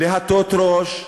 להטות ראש,